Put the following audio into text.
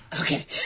Okay